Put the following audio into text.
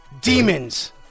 Demons